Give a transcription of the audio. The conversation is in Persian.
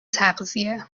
تغذیه